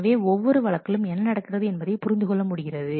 எனவே ஒவ்வொரு வழக்கிலும் என்ன நடக்கிறது என்பதை புரிந்துகொள்ள முடிகிறது